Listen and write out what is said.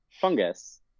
fungus